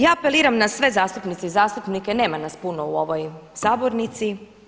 Ja apeliram na sve zastupnice i zastupnike, nema nas puno u ovoj sabornici.